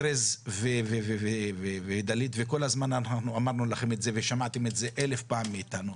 ארז ודלית וכל הזמן אמרנו לכם את זה ושמעתם את זה אלף פעם מאיתנו.